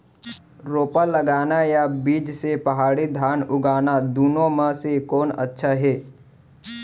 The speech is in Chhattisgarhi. रोपा लगाना या बीज से पड़ही धान उगाना दुनो म से कोन अच्छा हे?